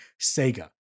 Sega